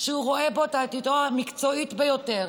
שהוא רואה בו את האוטוריטה המקצועית ביותר